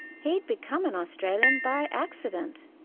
he'd become an australian by accident.